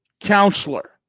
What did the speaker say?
counselor